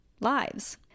lives